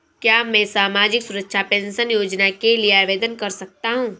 क्या मैं सामाजिक सुरक्षा पेंशन योजना के लिए आवेदन कर सकता हूँ?